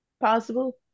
possible